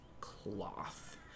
cloth